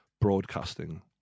broadcasting